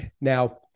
Now